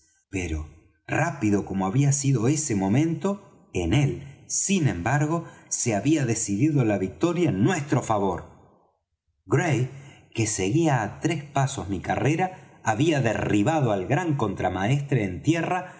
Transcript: pero rápido como había sido ese momento en él sin embargo se había decidido la victoria en nuestro favor gray que seguía á tres pasos mi carrera había derribado al gran contramaestre en tierra